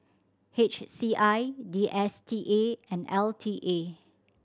H C I D S T A and L T A